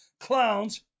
clowns